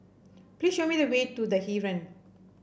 please show me the way to The Heeren